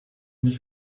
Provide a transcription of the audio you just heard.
nicht